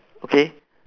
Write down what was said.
okay